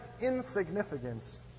insignificance